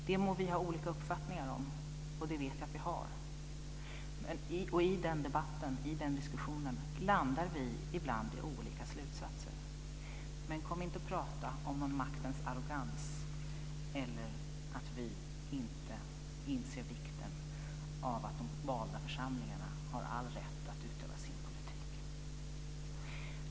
Det må vi ha olika uppfattningar om, och det vet jag att vi har. I den debatten och diskussionen landar vi ibland i olika slutsatser. Men kom inte och tala om maktens arrogans eller att vi inte inser vikten av att de valda församlingarna har all rätt att utöva sin politik.